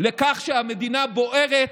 לכך שהמדינה בוערת